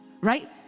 right